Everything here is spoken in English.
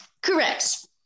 Correct